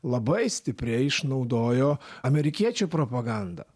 labai stipriai išnaudojo amerikiečių propaganda